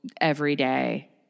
everyday